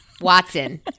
Watson